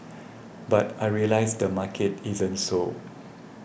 but I realised the market isn't so